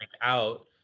out